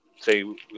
say